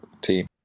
team